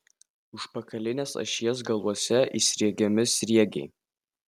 užpakalinės ašies galuose įsriegiami sriegiai